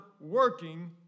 working